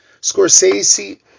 Scorsese